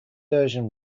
version